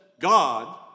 God